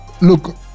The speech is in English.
look